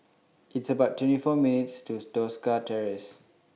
It's about twenty four minutes' to Tosca Terrace